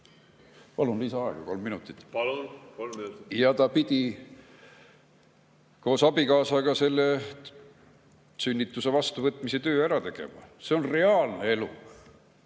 Palun lisaaega kolm minutit. Palun, kolm minutit! … koos abikaasaga selle sünnituse vastuvõtmise töö ära tegema. See on reaalne elu.